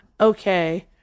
okay